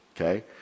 okay